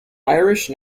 irish